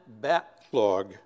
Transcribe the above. backlog